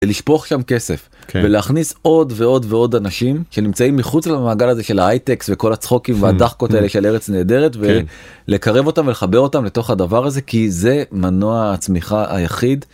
[דובר א'] לשפוך שם כסף [דובר ב'] כן [דובר א'] ולהכניס עוד ועוד ועוד אנשים שנמצאים מחוץ למעגל הזה של ההייטקס וכל הצחוקים והדחקות האלה של ארץ נהדרת, ולקרב אותם ולחבר אותם לתוך הדבר הזה כי זה מנוע הצמיחה היחיד.